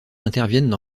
interviennent